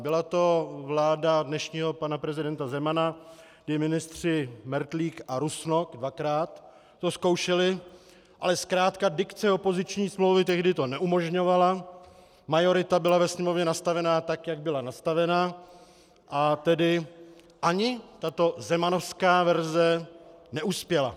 Byla to vláda dnešního pana prezidenta Zemana, kdy ministři Mertlík a Rusnok dvakrát to zkoušeli, ale zkrátka dikce opoziční smlouvy tehdy to neumožňovala, majorita byla ve Sněmovně nastavena tak, jak byla nastavena, a tedy ani tato zemanovská verze neuspěla.